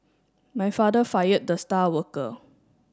my father fired the star worker